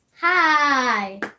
Hi